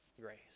Grace